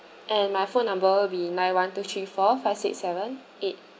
and my phone number will be nine one two three four five six seven eight